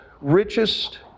richest